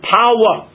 power